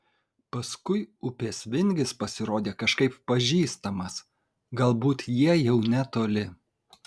paskui upės vingis pasirodė kažkaip pažįstamas galbūt jie jau netoli